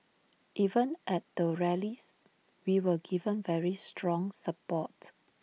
even at the rallies we were given very strong support